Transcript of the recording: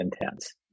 intense